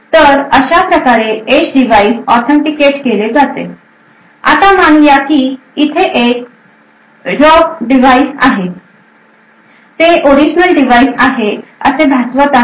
तर अशाप्रकारे edge device authenticate केले जाते आता मानूया की इथे एक रग डिव्हाइस आहे आणि ते ओरिजनल डिव्हाइस आहे असे भासवत आहे